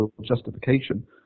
justification